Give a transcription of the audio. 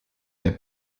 der